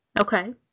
Okay